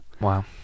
Wow